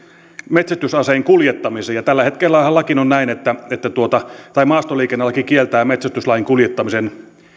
metsästysaseen kuljettamisen tällä hetkellähän laki on näin että että maastoliikennelaki kieltää metsästysaseen kuljettamisen